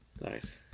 Nice